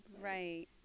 right